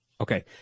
Okay